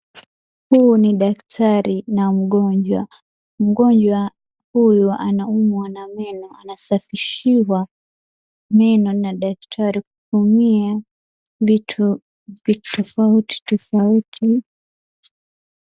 Huyo ni daktari na mgonjwa. Mgonjwa huyu anaumwa na meno anasafishiwa meno na daktari kutumia vitu tofauti tofauti.